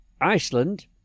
Iceland